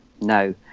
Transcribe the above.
no